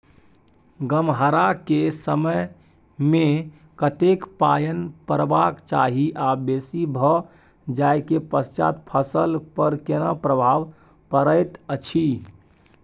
गम्हरा के समय मे कतेक पायन परबाक चाही आ बेसी भ जाय के पश्चात फसल पर केना प्रभाव परैत अछि?